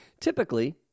Typically